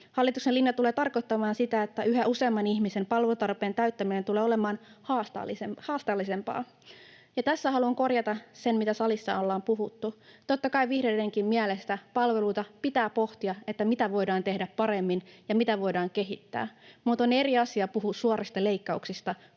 hallituksen linja tulee tarkoittamaan sitä, että yhä useamman ihmisen palvelutarpeen täyttäminen tulee olemaan haasteellisempaa. Ja tässä haluan korjata sen, mitä salissa ollaan puhuttu. Totta kai vihreidenkin mielestä palveluita pitää pohtia, sitä, mitä voidaan tehdä paremmin ja mitä voidaan kehittää, mutta on eri asia puhua suorista leikkauksista